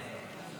200 שקל,